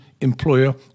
employer